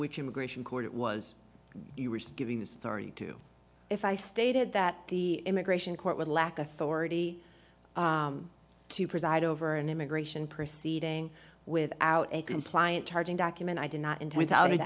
which immigration court it was you were giving the story to if i stated that the immigration court would lack authority to preside over an immigration proceeding without a compliant charging document i did not into without